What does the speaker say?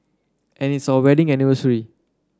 and it's our wedding anniversary